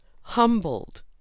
humbled